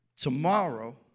Tomorrow